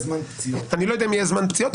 אני שאלתי שאלה על מספרים.